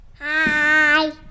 Hi